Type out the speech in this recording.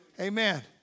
Amen